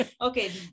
Okay